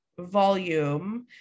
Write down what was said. volume